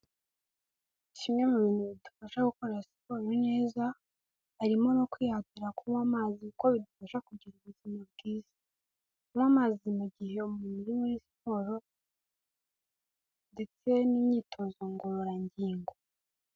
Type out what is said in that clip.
Kimwe mu bintu bidufasha gukora siporo neza harimo no kwihatira kunywa amazi kuko bidufasha kugira ubuzima bwiza, kunywa amazi mu gihe umubiri uri muri siporo ndetse n'imyitozo ngororangingo.